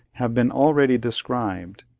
have been already described,